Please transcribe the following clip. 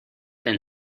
then